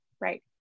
right